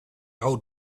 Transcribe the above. old